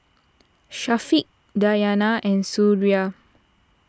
Syafiq Diyana and Suraya